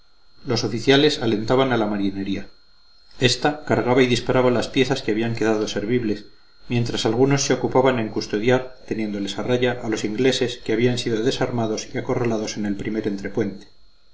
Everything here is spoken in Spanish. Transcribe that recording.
los oficiales alentaban a la marinería ésta cargaba y disparaba las piezas que habían quedado servibles mientras algunos se ocupaban en custodiar teniéndoles a raya a los ingleses que habían sido desarmados y acorralados en el primer